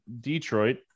Detroit